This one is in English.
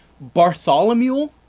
Bartholomew